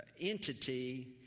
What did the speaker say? entity